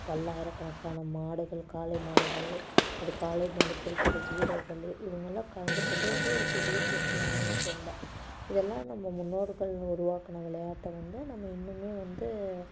பல்லாயிர கணக்கான மாடுகள் காளை மாடுகள் அது காளைமாடு பிடிக்கின்ற வீரர்கள் இவங்கெல்லாம் கலந்துக்கின்றதே வந்து ஒரு பெரிய பெருமையான விஷயந்தான் இதெல்லாம் நம்ம முன்னோர்கள் உருவாக்கின விளையாட்டை வந்து நம்ம இன்னுமே வந்து